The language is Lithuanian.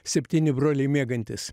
septyni broliai miegantys